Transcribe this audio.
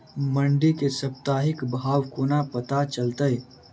मंडी केँ साप्ताहिक भाव कोना पत्ता चलतै?